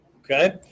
okay